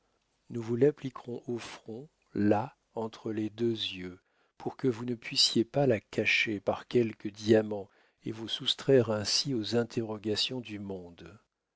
nous vous l'appliquerons au front là entre les deux yeux pour que vous ne puissiez pas la cacher par quelques diamants et vous soustraire ainsi aux interrogations du monde